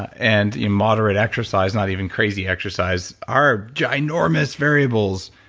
and yeah moderate exercise, not even crazy exercise are ginormous variables.